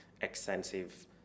extensive